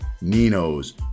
Nino's